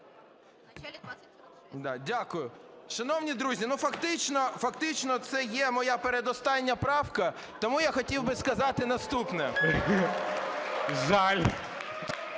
Дякую. Шановні друзі, фактично це є моя передостання правка, тому я хотів би сказати наступне. (Шум